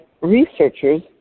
researchers